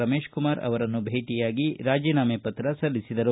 ರಮೇಶ್ಕುಮಾರ್ ಅವರನ್ನು ಭೇಟಿಯಾಗಿ ರಾಜೀನಾಮೆ ಪತ್ರ ಸಲ್ಲಿಸಿದರು